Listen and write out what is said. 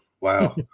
wow